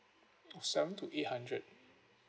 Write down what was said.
oh seven to eight hundred